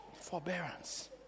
Forbearance